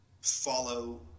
follow